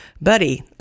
buddy